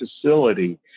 facility